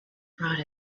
brought